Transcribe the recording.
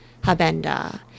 habenda